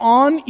on